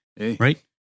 Right